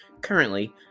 Currently